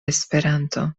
esperanto